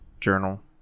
journal